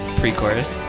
pre-chorus